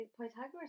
Pythagoras